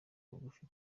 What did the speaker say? bugufi